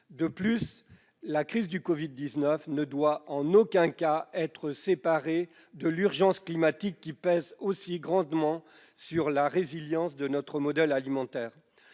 que la crise du Covid-19 ne doit en aucun cas être dissociée de l'urgence climatique, qui pèse aussi grandement sur la résilience de notre modèle alimentaire.